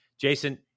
Jason